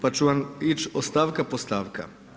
Pa ću vam ići od stavka do stavka.